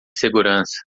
segurança